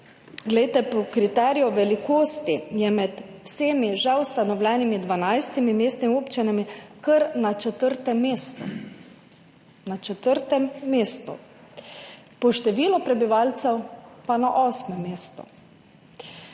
Glejte, po kriteriju velikosti je med vsemi že ustanovljenimi 12 mestnimi občinami kar na četrtem mestu, na četrtem mestu, po številu prebivalcev pa na osmem mestu.